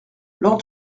lord